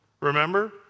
Remember